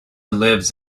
lives